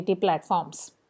platforms